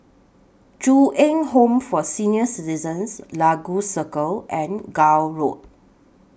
Ju Eng Home For Senior Citizens Lagos Circle and Gul Road